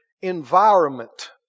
environment